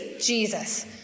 Jesus